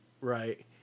Right